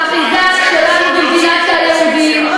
באחיזה שלנו במדינת היהודים.